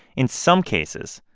in some cases,